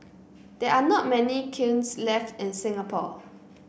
there are not many kilns left in Singapore